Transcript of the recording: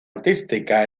artística